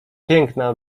piękna